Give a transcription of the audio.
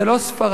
זה לא ספרד.